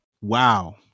wow